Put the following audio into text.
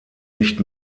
nicht